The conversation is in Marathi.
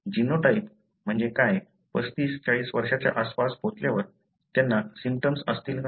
जीनोटाइप म्हणजे काय 35 40 वर्षांच्या आसपास पोहोचल्यावर त्यांना सिम्पटम्स असतील का